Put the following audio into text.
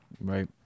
Right